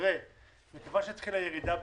מכיוון שהתחילה ירידה בנתונים,